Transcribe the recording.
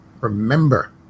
Remember